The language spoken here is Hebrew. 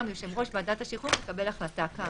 מיושב ראש ועדת השחרורים לקבל החלטה כאמור.